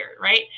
right